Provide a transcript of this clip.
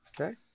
Okay